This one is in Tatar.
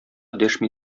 дәшми